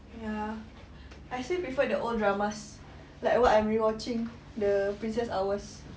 ya I still prefer the old dramas like what I'm re-watching the princess hours